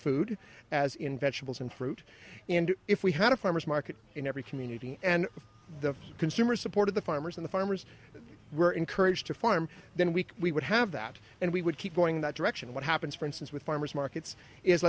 food as in vegetables and fruit and if we had a farmer's market in every community and the consumers supported the farmers and the farmers were encouraged to farm then we we would have that and we would keep going that direction what happens for instance with farmers markets is